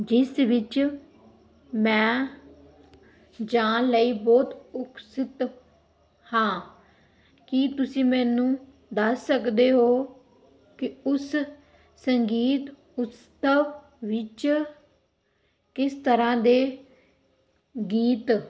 ਜਿਸ ਵਿੱਚ ਮੈਂ ਜਾਣ ਲਈ ਬਹੁਤ ਉਤਸੁਕ ਹਾਂ ਕੀ ਤੁਸੀਂ ਮੈਨੂੰ ਦੱਸ ਸਕਦੇ ਹੋ ਕਿ ਉਸ ਸੰਗੀਤ ਉਤਸਵ ਵਿੱਚ ਕਿਸ ਤਰ੍ਹਾਂ ਦੇ ਗੀਤ